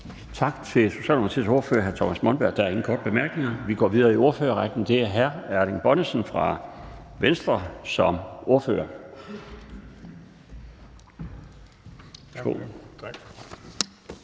Tak til Socialdemokratiets ordfører, hr. Thomas Monberg. Der er ingen korte bemærkninger. Vi går videre i ordførerrækken. Det er hr. Erling Bonnesen fra Venstre som ordfører.